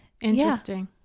interesting